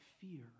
fear